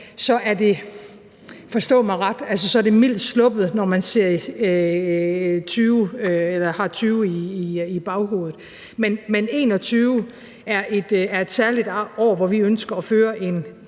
ret – mildt sluppet, når man har 2020 i baghovedet. Men 2021 er et særligt år, hvor vi ønsker at føre en